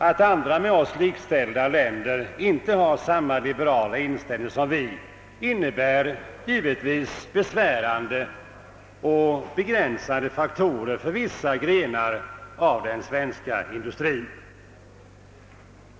Att andra med oss likställda länder inte har samma liberala inställning som vi innebär givetvis besvärande och begränsande faktorer för vissa grenar av den svenska industrin.